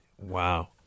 Wow